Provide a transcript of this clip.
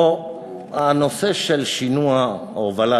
או הנושא של שינוע או הובלה,